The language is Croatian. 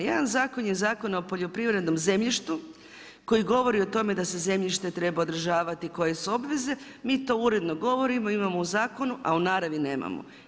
Jedna zakon je Zakon o poljoprivrednom zemljištu koji govori o tome da se zemljište treba održavati, koje su obveze, mi to uredno govorimo, imamo u zakonu, a u naravi nemamo.